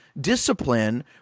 discipline